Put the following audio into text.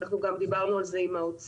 אנחנו דיברנו על זה גם האוצר.